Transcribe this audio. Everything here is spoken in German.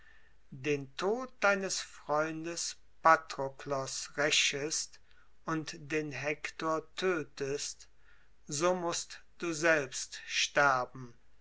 den tod deines freundes patroklos rächest und den hektor tötest so mußt du selbst sterben